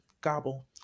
gobble